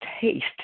taste